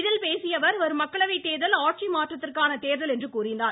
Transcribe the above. இதில் பேசிய அவர் வரும் மக்களவைத் தேர்தல் ஆட்சி மாற்றத்திற்கான தேர்தல் என்றார்